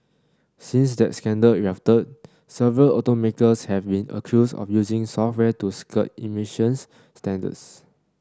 since that scandal erupted several automakers have been accused of using software to skirt emissions standards